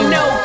no